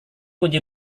kunci